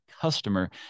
customer